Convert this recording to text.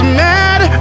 mad